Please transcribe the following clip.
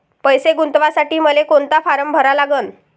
पैसे गुंतवासाठी मले कोंता फारम भरा लागन?